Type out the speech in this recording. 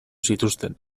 zituzten